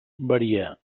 varia